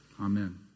Amen